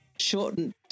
shortened